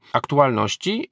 aktualności